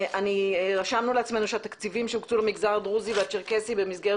רשמנו לעצמנו שהתקציבים שהוקצו למגזר הדרוזי והצ'רקסי במסגרת